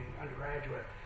undergraduate